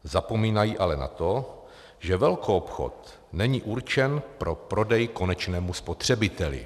Zapomínají ale na to, že velkoobchod není určen pro prodej konečnému spotřebiteli.